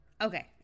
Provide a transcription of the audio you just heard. Okay